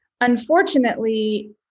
Unfortunately